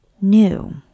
new